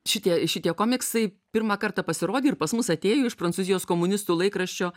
šitie šitie komiksai pirmą kartą pasirodė ir pas mus atėjo iš prancūzijos komunistų laikraščio